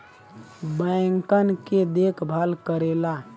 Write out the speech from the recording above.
बैंकन के देखभाल करेला